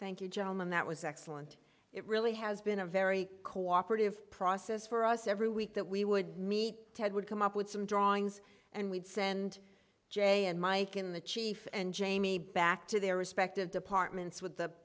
thank you gentlemen that was excellent it really has been a very cooperative process for us every week that we would meet ted would come up with some drawings and we'd send jay and mike in the chief and jamie back to their respective departments w